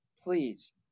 please